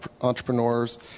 entrepreneurs